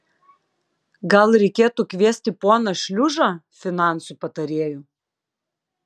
gal reikėtų kviesti poną šliužą finansų patarėju